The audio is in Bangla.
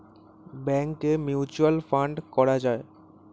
ব্যাংকে মিউচুয়াল ফান্ড করা যায়